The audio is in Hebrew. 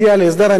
אני מאמין,